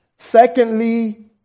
Secondly